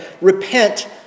repent